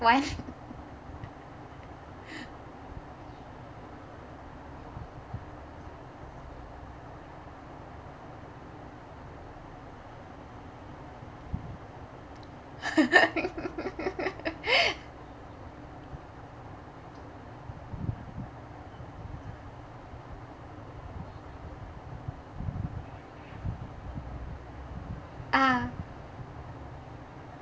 one ah